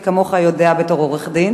מי כמוך יודע בתור עורך-דין,